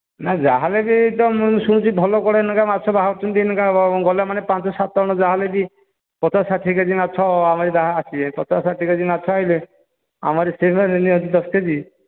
ନା ଯାହା ହେଲେ ବି ତ ମୁଁ ଶୁଣିଛି ଭଲ କୁଆଡ଼େ ମାଛ ବାହାରୁଛନ୍ତି ଏଇନାକା ଗଲେ ପାଞ୍ଚ ସାତ ଜଣ ଯାହା ହେଲେ ବି ପଚାଶ ଷାଠିଏ କେ ଜି ମାଛ ଆମରି ଆସିବେ ପଚାଶ ସାଠିଏ କେ ଜି ମାଛ ଆଇଲେ ଆମରି ସେମାନେ ନିଅନ୍ତୁ ଦଶ କେ ଜି